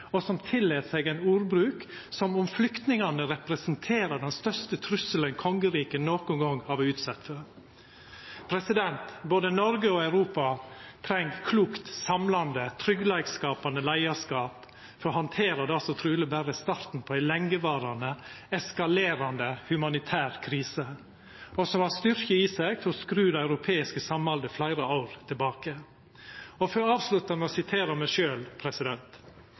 og som tillèt seg ein ordbruk som om flyktningane representerer den største trusselen kongeriket nokon gong har vore utsett for. Både Noreg og Europa treng eit klokt, samlande, tryggleikskapande leiarskap for å handtera det som truleg berre er starten på ei lengevarande, eskalerande humanitær krise som har styrke i seg til å skru det europeiske samhaldet fleire år tilbake. Eg vil avslutta med å sitera meg